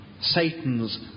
Satan's